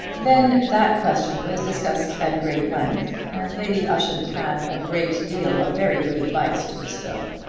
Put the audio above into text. then that question was discussed at great length, and lady ushant had a great deal of very good advice to bestow.